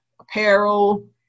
apparel